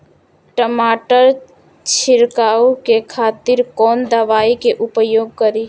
टमाटर छीरकाउ के खातिर कोन दवाई के उपयोग करी?